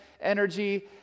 energy